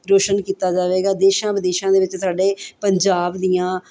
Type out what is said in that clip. ਰੌਸ਼ਨ ਕੀਤਾ ਜਾਵੇਗਾ ਦੇਸ਼ਾਂ ਵਿਦੇਸ਼ਾਂ ਦੇ ਵਿੱਚ ਸਾਡੇ ਪੰਜਾਬ ਦੀਆਂ